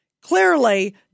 clearly